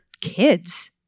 kids